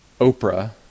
oprah